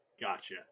Gotcha